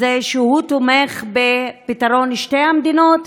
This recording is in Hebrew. שהוא תומך בפתרון שתי המדינות,